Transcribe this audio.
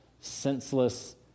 senseless